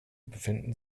befinden